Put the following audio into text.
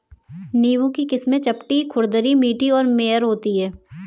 नींबू की किस्में चपटी, खुरदरी, मीठी और मेयर होती हैं